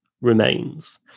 remains